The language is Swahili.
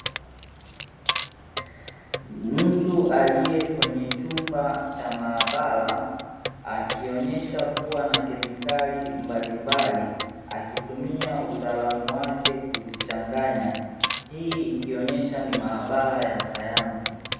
Mtu aliye katika chumba cha maabara akionesha kuwa na kemikali mbalimbali, akitumia utaalamu wake kuzichanganya. Hii ikionesha ni maabara ya sayansi.